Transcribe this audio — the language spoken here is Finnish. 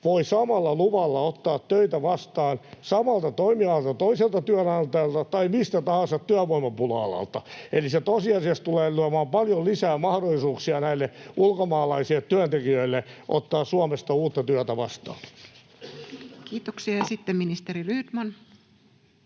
voi samalla luvalla ottaa töitä vastaan samalta toimialalta toiselta työnantajalta tai mistä tahansa työvoimapula-alalta. Eli se tosiasiassa tulee luomaan paljon lisää mahdollisuuksia näille ulkomaalaisille työntekijöille ottaa Suomesta uutta työtä vastaan. [Speech 541] Speaker: Toinen